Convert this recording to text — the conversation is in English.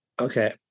Okay